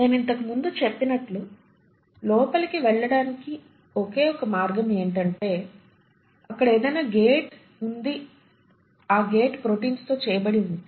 నేను ఇంతకు ముందు చెప్పినట్టు లోపలికి వెళ్ళడానికి ఒకే ఒక మార్గం ఏంటంటే అక్కడ ఏదైనా గేట్ వుంది ఆ గేట్ ప్రోటీన్స్ తో చేయబడి ఉంటే